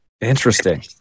Interesting